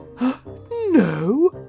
No